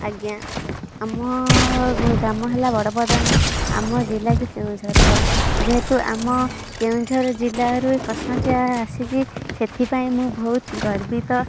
ଆଜ୍ଞା ଆମ ଗ୍ରାମ ହେଲା ବଡ଼ପଦନା ଆମ ଜିଲ୍ଲା ବି କେନ୍ଦୁଝର ଯେହେତୁ ଆମ କେନ୍ଦୁଝର ଜିଲ୍ଲାରୁ ଏ ପ୍ରଶ୍ନଟି ଆସିଛି ସେଥିପାଇଁ ମୁଁ ବହୁତ ଗର୍ବିତ